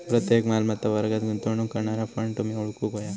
प्रत्येक मालमत्ता वर्गात गुंतवणूक करणारा फंड तुम्ही ओळखूक व्हया